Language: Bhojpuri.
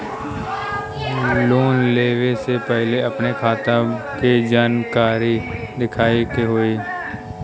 लोन लेवे से पहिले अपने खाता के जानकारी दिखावे के होई?